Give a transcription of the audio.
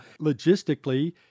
Logistically